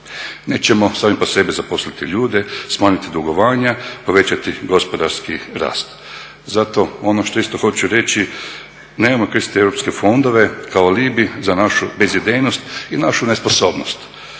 nećemo sami po sebi zaposliti ljude, smanjiti dugovanja, povećati gospodarski rast. Zato ono što isto hoću reći nemojmo koristiti europske fondove kao alibi za našu bezidejnost i našu nesposobnost.